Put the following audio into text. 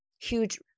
huge